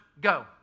go